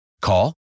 Call